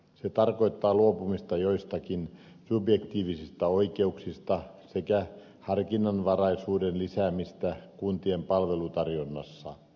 se tarkoittaa luopumista joistakin subjektiivisista oikeuksista sekä harkinnanvaraisuuden lisäämistä kuntien palvelutarjonnassa